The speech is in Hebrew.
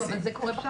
אתם מדברים על